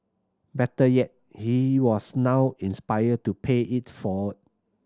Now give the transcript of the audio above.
better yet he was now inspired to pay it forward